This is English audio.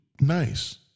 nice